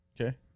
Okay